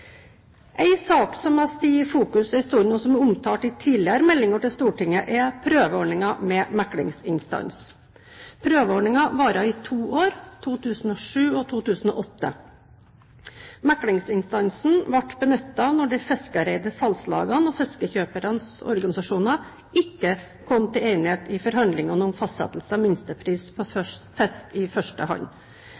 sak som har stått i fokus en stund, og som er omtalt i tidligere meldinger til Stortinget, er prøveordningen med meklingsinstans. Prøveordningen varte i to år, 2007 og 2008. Meklingsinstansen ble benyttet når de fiskereide salgslagene og fiskekjøpernes organisasjoner ikke kom til enighet i forhandlingene om fastsettelse av minstepris på